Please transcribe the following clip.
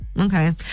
Okay